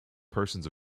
persons